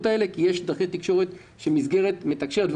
האלה כי יש דרכי תקשורת שמסגרת מתקשרת,